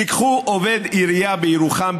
תיקחו עובד עירייה בירוחם,